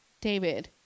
David